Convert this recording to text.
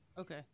okay